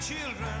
children